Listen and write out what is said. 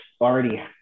already